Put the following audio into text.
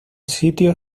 sitio